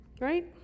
Right